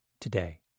today